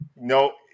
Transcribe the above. No